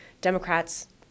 Democrats